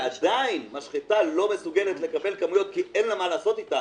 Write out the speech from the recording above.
ועדיין משחטה לא מסוגלת לקבל כמויות כי אין לה מה לעשות איתם.